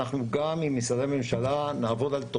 אנחנו נעבוד גם עם משרדי ממשלה על תוכנית